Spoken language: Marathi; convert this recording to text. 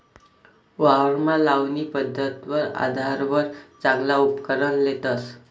वावरमा लावणी पध्दतवर आधारवर चांगला उपकरण लेतस